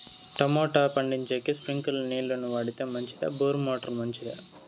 Tomato పండించేకి స్ప్రింక్లర్లు నీళ్ళ ని వాడితే మంచిదా బోరు మోటారు మంచిదా?